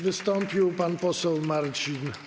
Wystąpił pan poseł Marcin.